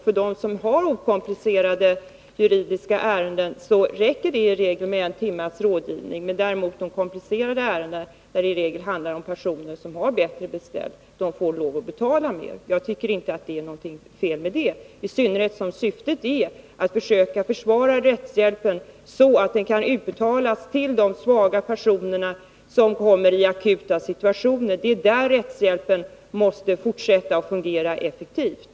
För dem som har okomplicerade juridiska ärenden räcker det i regel med en timmes rådgivning. De som har komplicerade ärenden — där handlar det i regel om personer som har det bättre ställt — får däremot lov att betala mera. Jag tycker inte att det är något fel i det, i synnerhet inte som syftet är att försvara rättshjälpen, så att den kan utbetalas till de svaga personer som kommer i akut behov av rättshjälp. Det är där rättshjälpen måste fortsätta och fungera effektivt.